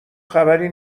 خبری